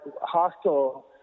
hostile